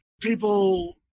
people